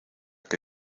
que